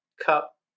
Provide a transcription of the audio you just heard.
cup